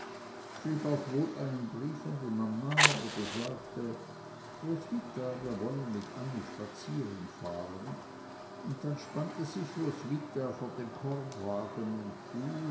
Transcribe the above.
schrieb auch wohl einen brief an die mama oder sagte roswitha wir wollen mit annie spazierenfahren und dann spannte sich roswitha vor den korbwagen und